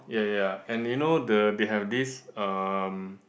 ya ya and you know the they have this um